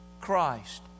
Christ